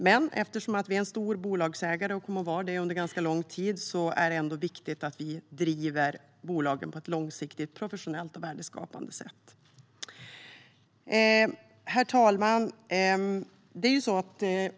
Men eftersom vi är en stor bolagsägare och kommer att vara det under ganska lång tid är det ändå viktigt att vi driver bolagen på ett långsiktigt, professionellt och värdeskapande sätt. Herr talman!